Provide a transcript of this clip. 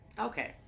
Okay